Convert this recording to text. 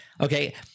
Okay